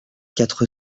quatre